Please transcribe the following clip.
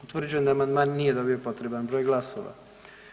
Utvrđujem da amandman nije dobio potreban broj glasova.